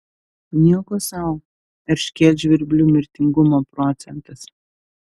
nieko sau erškėtžvirblių mirtingumo procentas